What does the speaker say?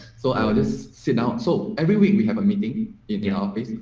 so i will just sit down. so every week we have a meeting you know